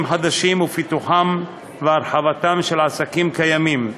חדשים ולפיתוחם והרחבתם של עסקים קיימים.